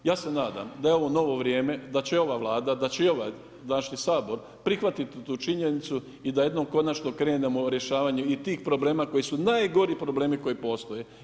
Ja se nadam da je ovo novo vrijeme, da će ova Vlada, da će i ovaj naš sabor prihvatiti tu činjenicu i da jednom konačno krenemo u rješavanje tih problema koji su najgori problemi koji postoje.